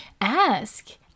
Ask